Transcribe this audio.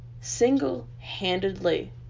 single-handedly